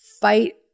fight